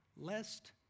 lest